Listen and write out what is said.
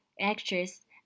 actress